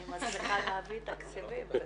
אני מצליחה להביא תקציבים וזה.